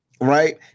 right